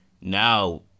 now